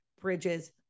bridges